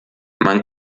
man